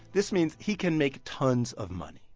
this means he can make tons of money.